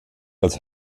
als